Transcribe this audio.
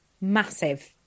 massive